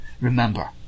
remember